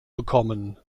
bekommen